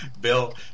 Bill